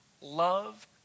love